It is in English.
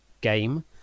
game